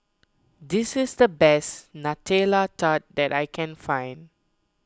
this is the best Nutella Tart that I can find